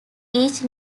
each